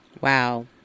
Wow